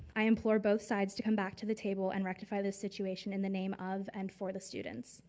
i implore both sides to come back to the table and rectify this situation in the name of and for the students.